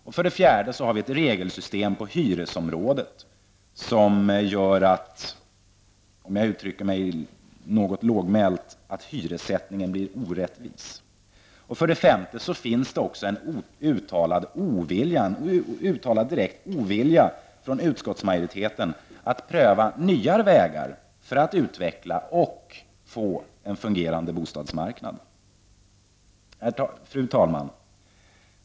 Vi har dessutom ett regelsystem på hyresområdet som gör, för att uttrycka mig något lågmält, att hyressättningen blir orättvis. Härutöver finns en direkt uttalad ovilja från utskottsmajoriteten att pröva nya vägar för att utveckla och få en fungerande bostadsmarknad. Fru talman!